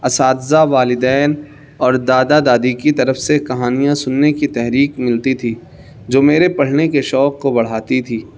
اساتذہ والدین اور دادا دادی کی طرف سے کہانیاں سننے کی تحریک ملتی تھی جو میرے پڑھنے کے شوق کو بڑھاتی تھی